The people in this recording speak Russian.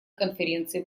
конференции